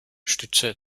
stütze